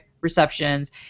receptions